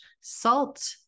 salt